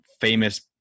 famous